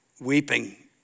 weeping